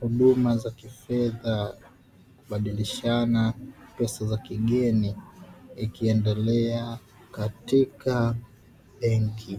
Huduma za kifedha za kubadilishana pesa za kigeni, zikiendelea katika benki,